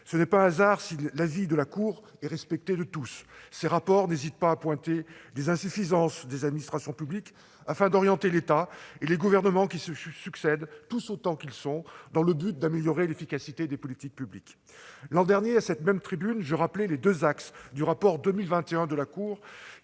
Ce n'est pas un hasard si l'avis de la Cour est respecté de tous ; ses rapports n'hésitent pas à pointer les insuffisances des administrations publiques, afin d'orienter l'État et les gouvernements qui se succèdent, tous autant qu'ils sont, dans le but d'améliorer l'efficacité des politiques publiques. L'an dernier, à cette même tribune, je rappelais les deux principaux axes du rapport 2021, qui,